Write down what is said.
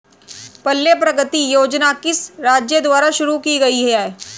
पल्ले प्रगति योजना किस राज्य द्वारा शुरू की गई है?